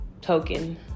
token